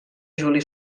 juli